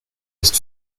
ist